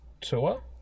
tour